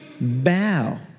bow